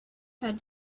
had